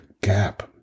gap